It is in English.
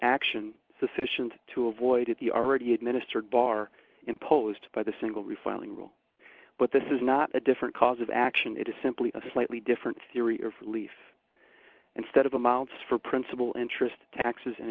action sufficient to avoid the already administered bar imposed by the single refiling rule but this is not a different cause of action it is simply a slightly different theory of relief and stead of amounts for principal interest taxes and